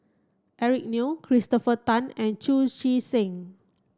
Eric Neo Christopher Tan and Chu Chee Seng